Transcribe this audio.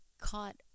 caught